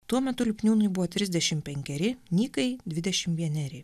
tuo metu lipniūnui buvo trisdešim penkeri nykai dvidešim vieneri